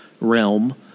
realm